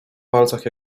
palcach